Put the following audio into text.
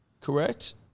correct